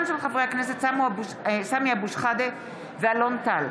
בעקבות דיון מהיר בהצעתו של חבר הכנסת אופיר אקוניס בנושא: